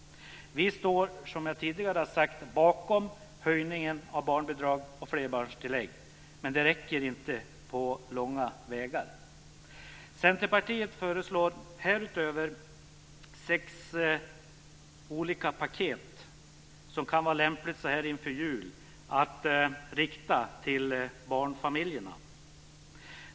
Vi står, som jag tidigare har sagt, bakom höjningen av barnbidrag och flerbarnstillägg, men det räcker inte på långa vägar. Centerpartiet föreslår härutöver sex olika paket som kan vara lämpligt så här inför julen att rikta till barnfamiljerna.